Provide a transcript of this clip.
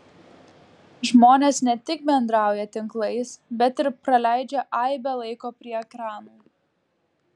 žmonės ne tik bendrauja tinklais bet ir praleidžia aibę laiko prie ekranų